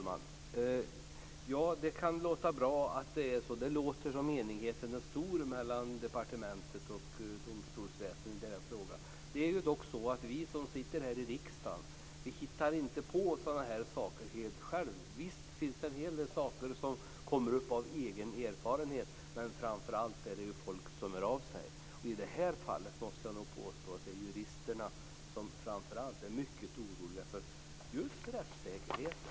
Fru talman! Det här kan låta bra. Det låter ju som att enigheten är stor mellan departementet och domstolsväsendet i frågan. Det är dock så att vi som sitter i riksdagen inte hittar på sådana här saker helt själva. Visst är det en hel del saker som kommer upp utifrån den egna erfarenheten men framför allt är det så att folk hör av sig. I det här fallet måste jag nog påstå att framför allt juristerna är mycket oroliga just för rättssäkerheten.